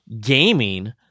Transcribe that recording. gaming